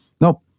Nope